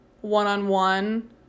one-on-one